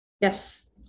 Yes